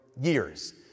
years